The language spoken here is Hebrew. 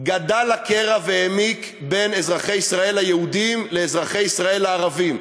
גדל הקרע והעמיק בין אזרחי ישראל היהודים לאזרחי ישראל הערבים.